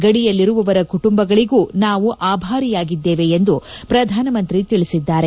ಗಡಿಯಲ್ಲಿರುವವರ ಕುಟುಂಬಗಳಿಗೂ ನಾವು ಅಬಾರಿಯಾಗಿದ್ದೇವೆ ಎಂದು ಪ್ರಧಾನ ಮಂತ್ರಿ ತಿಳಿಸಿದ್ದಾರೆ